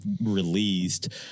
released